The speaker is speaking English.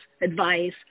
advice –